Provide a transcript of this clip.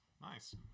Nice